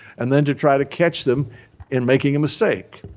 and then to try to catch them in making a mistake.